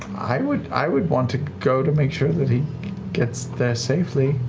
i would i would want to go to make sure that he gets there safely.